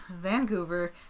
Vancouver